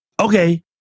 Okay